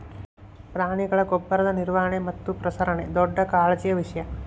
ಪ್ರಾಣಿಗಳ ಗೊಬ್ಬರದ ನಿರ್ವಹಣೆ ಮತ್ತು ಪ್ರಸರಣ ದೊಡ್ಡ ಕಾಳಜಿಯ ವಿಷಯ